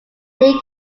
meek